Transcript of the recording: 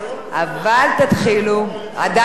אבל תתחילו, עדיין אין תוצאה.